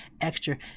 extra